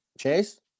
Chase